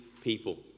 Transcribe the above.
people